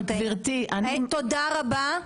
אבל גברתי --- תודה רבה.